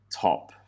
top